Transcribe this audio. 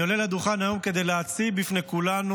אני עולה לדוכן היום כדי להציב בפני כולנו